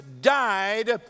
died